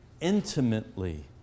intimately